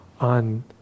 on